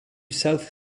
south